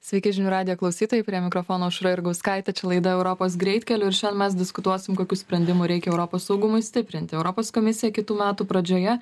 sveiki žinių radijo klausytojai prie mikrofono aušra jurgauskaitė čia laida europos greitkeliu ir šiandien mes diskutuosim kokių sprendimų reikia europos saugumui stiprinti europos komisija kitų metų pradžioje